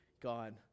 God